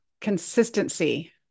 Consistency